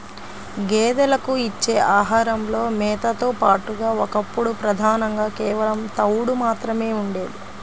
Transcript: గేదెలకు ఇచ్చే ఆహారంలో మేతతో పాటుగా ఒకప్పుడు ప్రధానంగా కేవలం తవుడు మాత్రమే ఉండేది